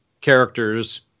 characters